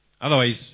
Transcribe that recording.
Otherwise